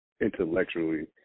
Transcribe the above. intellectually